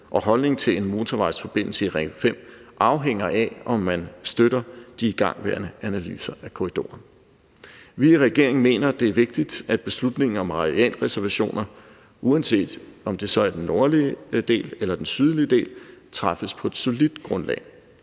og holdning til en motorvejsforbindelse i Ring 5 afhænger af, om man støtter de igangværende analyser af korridoren. Vi i regeringen mener, at det er vigtigt, at beslutningen om arealreservationer, uanset om det så er den nordlige del eller den sydlige del, træffes på et solidt grundlag,